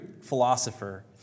philosopher